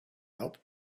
help